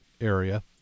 area